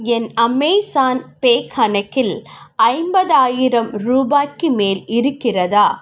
என் Amazon pay கணக்கில் ஐம்பதாயிரம் ரூபாய்க்கு மேல் இருக்கிறதா